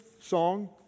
song